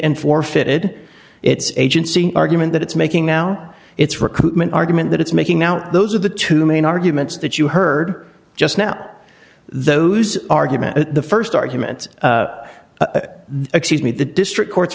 and forfeited its agency argument that it's making now its recruitment argument that it's making now those are the two main arguments that you heard just now those arguments at the st argument excuse me the district court